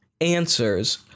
answers